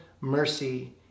mercy